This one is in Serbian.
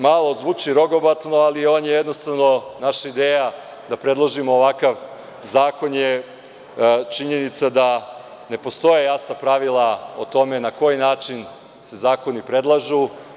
Malo zvuči rogobatno, ali on je jednostavno naša ideja da predložimo ovakav zakon, je činjenica da ne postoje jasna pravila o tome na koji način se zakoni predlažu.